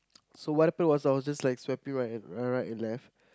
so what happen was I was just like swiping right and right and left